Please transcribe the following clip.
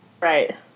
Right